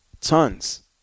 Tons